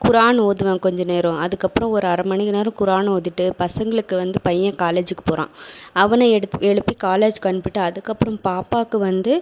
குரான் ஓதுவேன் கொஞ்ச நேரம் அதுக்கப்புறம் ஒரு அரை மணி நேரம் குரான் ஓதிவிட்டு பசங்களுக்கு வந்து பையன் காலேஜுக்கு போகறான் அவனை எழுப்பி காலேஜுக்கு அனுப்பிவிட்டு அதுக்கப்புறம் பாப்பாவுக்கு வந்து